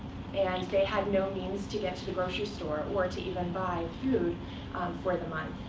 and they had no means to get to the grocery store, or to even buy food for the month.